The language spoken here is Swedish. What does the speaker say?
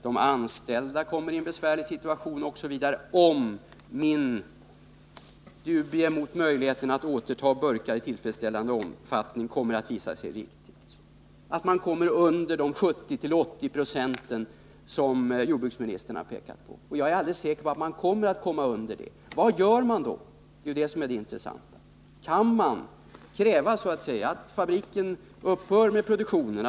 De anställda kommer där i en besvärlig situation, om mina dubier om möjligheterna att återta burkar i tillfredsställande omfattning kommer att visa sig befogade, dvs. om man kommer under de 70-80 26 som jordbruksministern har pekat på. Jag är alldeles säker på att man kommer att hamna under den nivån. Vad gör man då? Det är det som är det intressanta. Kan man kräva att fabriken upphör med produktionen?